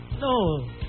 No